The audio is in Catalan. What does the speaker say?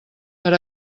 per